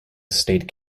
state